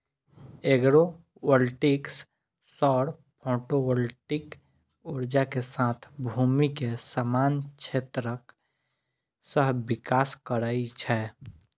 agrovoltaics सौर photovoltaic ऊर्जा के साथ भूमि के समान क्षेत्रक सहविकास करै छै